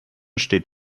steht